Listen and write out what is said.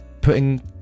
putting